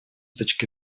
точки